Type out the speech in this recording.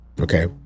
Okay